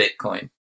Bitcoin